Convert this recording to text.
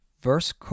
Verse